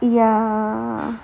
ya